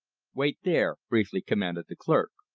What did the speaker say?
wait there, briefly commanded the clerk.